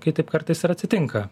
kai taip kartais ir atsitinka